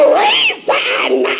reason